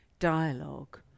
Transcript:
dialogue